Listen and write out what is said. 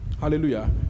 Hallelujah